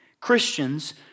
Christians